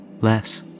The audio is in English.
less